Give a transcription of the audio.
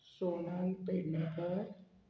Sonal Pednekar